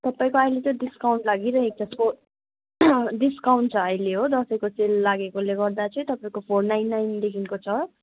तपाईँको अहिले चै डिस्काउन्ट लागिरहेको छ फोर डिस्काउन्ट छ अहिले हो दसैँको सेल लागेकोले गर्दा चाहिँ तपाईँको फोर नाइन नाइनदेखिको छ